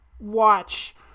watch